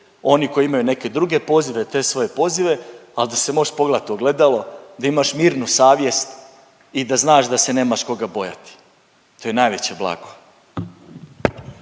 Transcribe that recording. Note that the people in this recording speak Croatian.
oni koji imaju neke druge pozive, te svoje pozive, al da se možeš pogledat u ogledalo, da imaš mirnu savjest i da znaš da se nemaš koga bojati, to je najveće blago.